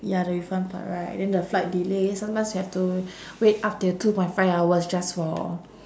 ya the refund part right then the flight delay sometimes have to wait up till two point five hours just for